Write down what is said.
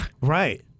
Right